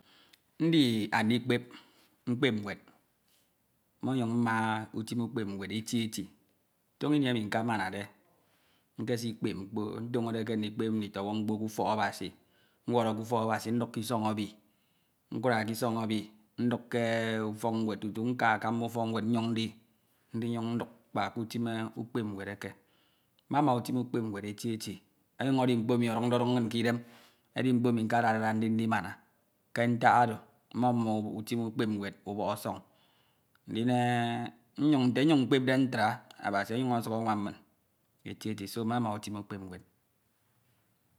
Ndi undikpep, mkpep nwed, mọnyun mma utim ukpep eti eti Toño ini enu nkemanade nsikpep mkpo, nteñode ke ndikped nditọnwoñ mkpo ke ufok Abasi, mooro ke ufok Abasi nduk ke isọn ebi nkura ke isọñ ebi nduk ke ufok nwed tutu nka akamba ufọk nwed nnyoñ nde, ndinyun nduk kpa ke utim ukpep eti eti, ọnyuñ edi mkpo emi oduñde duñ inñ ke idem edi mkpo emi nkedade da ndimana. Ke ntak oro mme mum utim ukpep nwed ubọk osoñ. Ndim nte nnyiñ mkpepde nka Abasi ọsuk anwan min eti eti seo mmoma utim ukpep nwed.